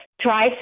try